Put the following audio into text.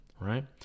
right